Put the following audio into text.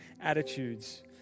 attitudes